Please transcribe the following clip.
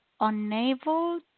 unable